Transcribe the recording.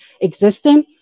existing